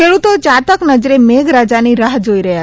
ખેડૂતો ચાતક નજરે મેઘરાજાની રાહ જોઇ રહ્યા છે